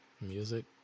music